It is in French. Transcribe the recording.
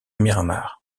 miramar